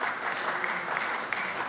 (מחיאות כפיים)